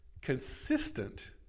consistent